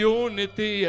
unity